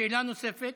שאלה נוספת.